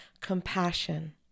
compassion